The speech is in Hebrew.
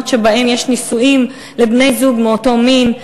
שבהן יש נישואים לבני-זוג מאותו מין,